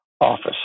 office